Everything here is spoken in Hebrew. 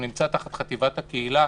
הוא נמצא תחת חטיבת הקהילה,